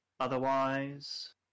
Otherwise